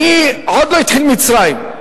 עוד לא התחיל מצרים.